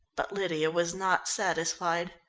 but lydia was not satisfied.